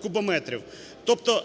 кубометрів. Тобто